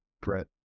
Brett